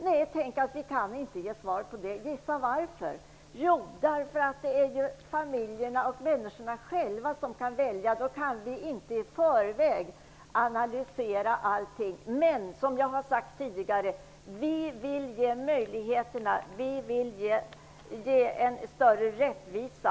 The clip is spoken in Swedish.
Nej, tänk att vi inte kan ge något svar. Gissa varför! Det är nämligen människorna själva som skall välja. Därför kan vi inte i förväg analysera allt. Men, som jag har sagt tidigare, vill vi ge möjligheter och en större rättvisa.